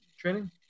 training